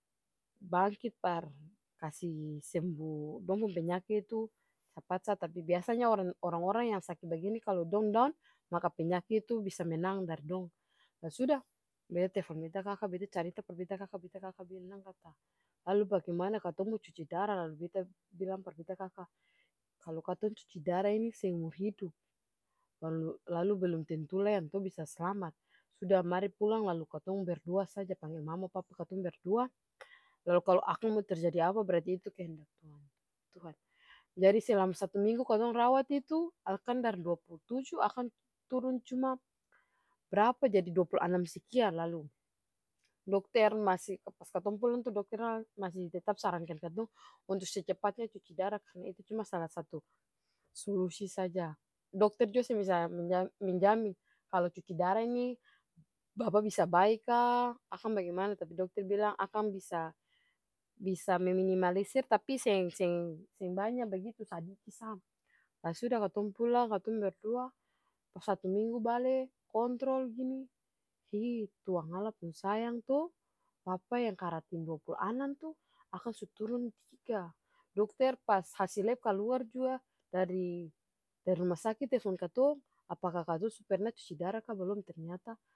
Bangkit par kasi sembu dong pung penyaki tuh capat sa, tapi biasanya ora-orang yang saki bagini kalu dong doun maka penyaki tuh bisa menang dari dong lah sudah beta telfon beta kaka beta carita par beta kaka beta kaka bilang kata lalu bagimana katong mo cuci dara lalu beta bilang par beta kaka, kalu katong cuci dara ini seumur hidup, lalu lalu belum tentu lai antua bisa slamat suda mari pulang lalu katong berdoa saja panggel mama, papa katong berdoa, lalu kalu akang mo terjadi apa-apa berarti itu kehendak tuhan. Jadi selama satu minggu katong rawat itu akang dari duapul tuju akang turung cuma brapa jadi duapul anam sekian lalu dokter masi pas katong pulang tuh dokter masi tetap sarankan katong untuk secepatnya cuci dara karna itu cuma salah satu solusi saja, dokter jua seng bisa menja-menjamin kalo cuci dara nih bapa bisa bae ka, akang bagimana tapi dokter bilang akang bisa bisa meminimalisir tapi seng-seng seng banya bagitu sadiki sa, lah suda katong pulang, katong berdoa pas satu minggu bale kontrol gini hi tuangalla pung sayang to bapa yang karatin duapul anam to akang su turun tiga, dokter pas hasil lep kaluar jua dari ruma saki telfon katong apakah katong su perna cuci dara ka balom ternyata.